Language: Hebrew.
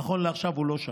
נכון לעכשיו, לא שם.